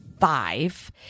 Five